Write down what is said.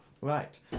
Right